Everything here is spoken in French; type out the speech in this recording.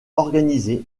organisé